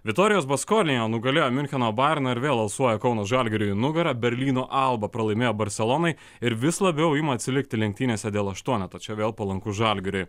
vitorijos baskonia nugalėjo miuncheno bajerną ir vėl alsuoja kauno žalgiriui į nugarą berlyno alba pralaimėjo barselonai ir vis labiau ima atsilikti lenktynėse dėl aštuoneto čia vėl palankus žalgiriui